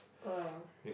!wow!